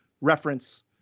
reference